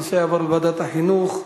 הנושא יעבור לוועדת החינוך.